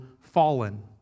fallen